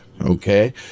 okay